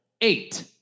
eight